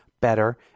better